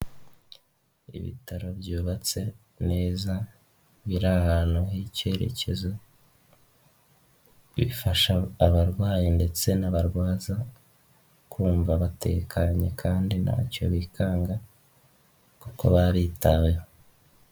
Ibitaro byubatse neza, biri ahantu h'icyerekezo, bifasha abarwayi ndetse n'abarwaza kumva batekanye kandi ntacyo bikanga kuko baba baritaweho.